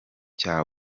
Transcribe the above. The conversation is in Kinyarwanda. cya